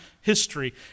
history